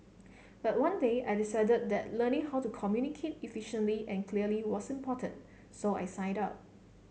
but one day I decided that learning how to communicate efficiently and clearly was important so I signed up